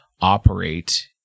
operate